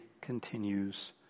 continues